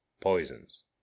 poisons